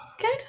Good